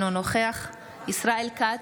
אינו נוכח ישראל כץ,